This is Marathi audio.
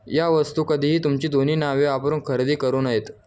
या वस्तू कधीही तुमची दोन्ही नावे वापरून खरेदी करू नयेत